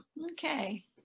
Okay